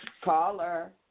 Caller